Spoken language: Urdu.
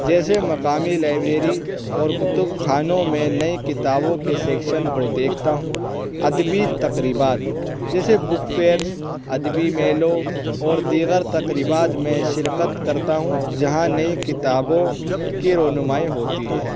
جیسے مقامی لائبریری اور کتب خانوں میں نئی کتابوں کے سیکشن کو دیکھتا ہوں ادبی تقریبات جیسے بک فیئرس ادبی میلوں اور دیگر تقریبات میں شرکت کرتا ہوں جہاں نئی کتابوں کی رونمائی ہوتی ہے